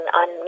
on